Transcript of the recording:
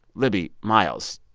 libby, miles,